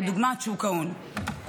כדוגמת שוק ההון.